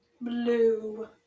blue